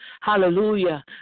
Hallelujah